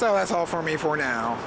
so that's all for me for now